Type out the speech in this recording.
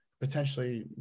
potentially